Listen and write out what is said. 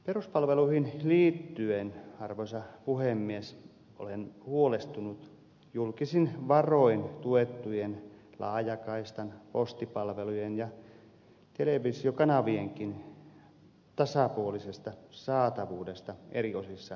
peruspalveluihin liittyen arvoisa puhemies olen huolestunut julkisin varoin tuettujen laajakaistan postipalvelujen ja televisiokanavienkin tasapuolisesta saatavuudesta eri osissa maata